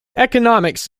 economics